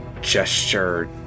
gesture